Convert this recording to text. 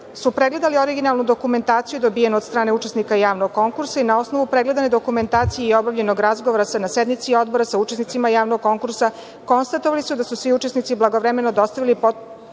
su pregledali originalnu dokumentaciju dobijenu od strane učesnika javnog konkursa i na osnovu pregledane dokumentacije i obavljenog razgovora se na sednici Odbora sa učesnicima javnog konkursa, konstatovali su da su svi učesnici blagovremeno dostavili potpunu